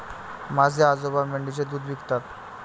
माझे आजोबा मेंढीचे दूध विकतात